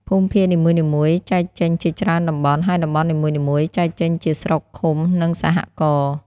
ភូមិភាគនីមួយៗ ចែកចេញ ជាច្រើនតំបន់ ហើយតំបន់នីមួយៗ ចែកចេញជាស្រុក ឃុំ និងសហករណ៍។